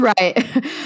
Right